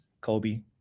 Kobe